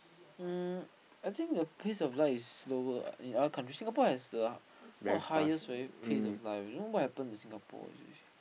um I think the pace of life is slower in our country Singapore has a one of the highest pace of life don't know what happen to Singapore actually